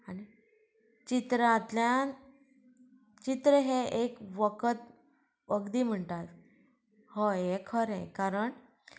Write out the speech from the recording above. आनी चित्रांतल्यान चित्र हें एक वखद वखदी म्हणटात हय हें खरें कारण